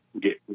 get